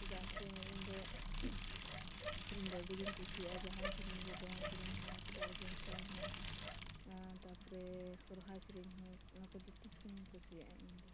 ᱪᱮᱫᱟᱜ ᱥᱮ ᱤᱧᱫᱚ ᱥᱮᱨᱮᱧ ᱫᱚ ᱟᱹᱰᱤᱜᱮᱧ ᱠᱩᱥᱤᱭᱟᱜᱼᱟ ᱡᱟᱦᱟᱱ ᱥᱮᱨᱮᱧ ᱜᱮ ᱫᱚᱝ ᱥᱮᱨᱮᱧ ᱦᱳᱠ ᱞᱟᱜᱽᱬᱮ ᱥᱮᱨᱮᱧ ᱦᱳᱠ ᱛᱟᱯᱚᱨᱮ ᱥᱚᱨᱦᱟᱭ ᱥᱮᱨᱮᱧ ᱦᱳᱠ ᱚᱱᱟ ᱠᱚ ᱡᱚᱛᱚ ᱥᱤᱨᱤᱧ ᱠᱩᱥᱤᱭᱟᱜᱼᱟ ᱤᱧᱫᱚ